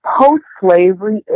post-slavery